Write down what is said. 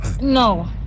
No